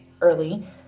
early